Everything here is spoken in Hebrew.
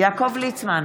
יעקב ליצמן,